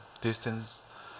distance